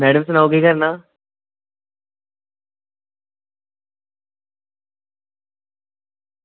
madam सनाओ केह् करना